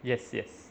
yes yes